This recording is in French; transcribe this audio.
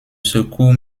secours